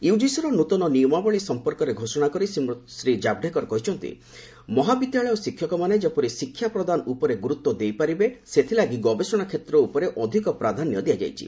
UGC ର ନୂତନ ନିୟମାବଳୀ ସମ୍ପର୍କରେ ଘୋଷଣା କରି ଶ୍ରୀ କାଭଡେକର କହିଛନ୍ତି ମହାବିଦ୍ୟାଳୟ ଶିକ୍ଷକମାନେ ଯେପରି ଶିକ୍ଷା ପ୍ରଦାନ ଉପରେ ଗୁରୁତ୍ୱ ଦେଇପାରିବେ ସେଥିଲାଗି ଗବେଷଣା କ୍ଷେତ୍ର ଉପରେ ଅଧିକ ପ୍ରାଧାନ୍ୟ ଦିଆଯାଇଛି